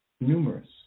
numerous